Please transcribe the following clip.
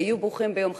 היו ברוכים ביום חגכם,